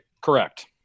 Correct